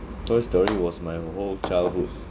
toy story was my whole childhood